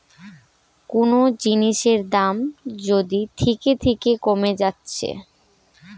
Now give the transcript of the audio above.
কুনো জিনিসের দাম যদি থিকে থিকে কোমে যাচ্ছে